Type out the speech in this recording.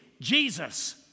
Jesus